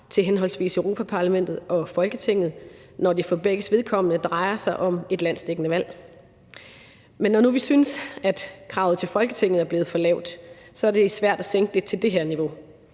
til henholdsvis Europa-Parlamentet og Folketinget, når det på begges vedkommende drejer sig om et landsdækkende valg. Men når nu vi synes, at kravet til Folketinget er blevet for lavt, er det svært at sænke det til det her niveau.